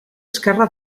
esquerra